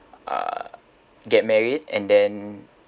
uh get married and then